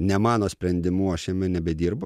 ne mano sprendimu aš jame nebedirbu